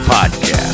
Podcast